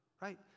Right